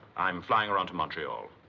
i'm flying her on to montreal.